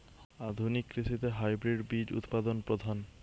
আধুনিক কৃষিতে হাইব্রিড বীজ উৎপাদন প্রধান